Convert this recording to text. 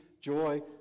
joy